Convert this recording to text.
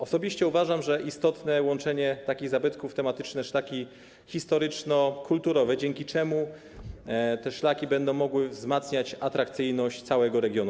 Osobiście uważam, że istotne jest łączenie takich zabytków w tematyczne szlaki historyczno-kulturowe, dzięki czemu te szlaki będą mogły wzmacniać atrakcyjność całego regionu.